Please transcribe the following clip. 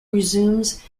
resumes